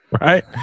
right